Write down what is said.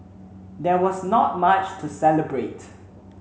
there was not much to celebrate